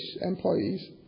employees